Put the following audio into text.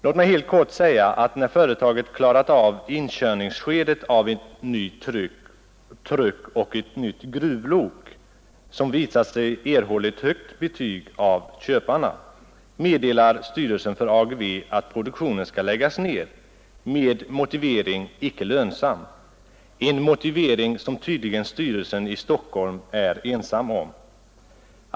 Låt mig helt kort säga att när företaget klarat av inkörningsskedet av en ny truck och ett nytt gruvlok, som visat sig ha erhållit högt betyg av köparna, meddelade styrelsen för AGV att produktionen skall läggas ned, med motiveringen ”icke lönsam”, en motivering som styrelsen i Stockholm tydligen är ensam om.